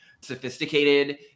sophisticated